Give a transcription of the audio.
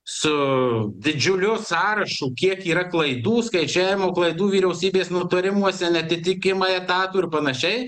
su didžiuliu sąrašu kiek yra klaidų skaičiavimo klaidų vyriausybės nutarimuose neatitikimai etatų ir panašiai